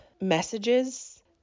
messages